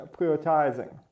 prioritizing